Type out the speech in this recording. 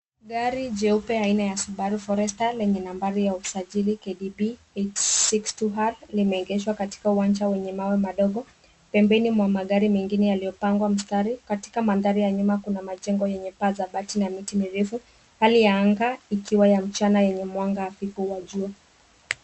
Gari jeupe aina ya Subar Forester lenye nambari ya usajili KDP 862R limeegeshwa katika uwanja wenye mawe madogo. Pembeni mwa magari mengine yaliyopangwa mstari katika mandhari ya nyuma kuna majengo yenye paa za bati na miti mirefu. Hali ya anga ikiwa ya mchana yenye mwanga hafifu wa jua.